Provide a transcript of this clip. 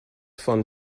von